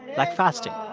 like fasting